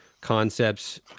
concepts